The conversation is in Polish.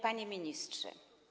Panie Ministrze!